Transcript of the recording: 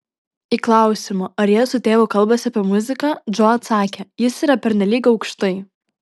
į klausimą ar jie su tėvu kalbasi apie muziką džo atsakė jis yra pernelyg aukštai